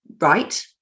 right